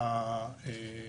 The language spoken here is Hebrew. בעצם